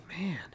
man